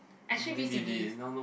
actually a V_C_D is